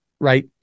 Right